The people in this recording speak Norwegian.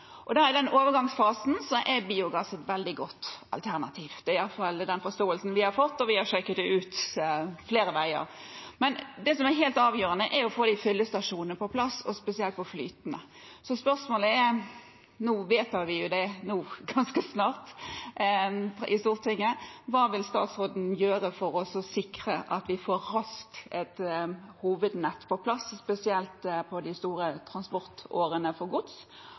I den overgangsfasen er biogass et veldig godt alternativ, det er iallfall den forståelsen vi har fått, og vi har sjekket det ut flere veier. Men det som er helt avgjørende, er å få fyllestasjonene på plass, spesielt for flytende. Spørsmålet er – nå vedtar vi det ganske snart i Stortinget – hva statsråden vil gjøre for å sikre at vi raskt får et hovednett på plass, spesielt på de store transportårene for gods